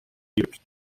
commuters